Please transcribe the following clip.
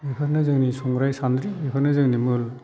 बेफोरनो जोंनि संग्राय सान्द्रि बेफोरनो जोंनि मुल